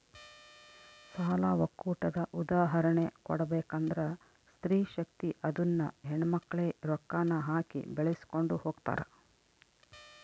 ಸಾಲ ಒಕ್ಕೂಟದ ಉದಾಹರ್ಣೆ ಕೊಡ್ಬಕಂದ್ರ ಸ್ತ್ರೀ ಶಕ್ತಿ ಅದುನ್ನ ಹೆಣ್ಮಕ್ಳೇ ರೊಕ್ಕಾನ ಹಾಕಿ ಬೆಳಿಸ್ಕೊಂಡು ಹೊಗ್ತಾರ